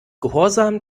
gehorsam